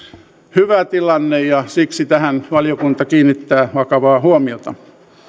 hyvä tilanne ja siksi tähän valiokunta kiinnittää vakavaa huomiota